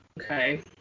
Okay